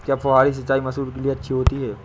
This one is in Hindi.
क्या फुहारी सिंचाई मसूर के लिए अच्छी होती है?